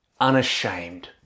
unashamed